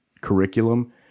curriculum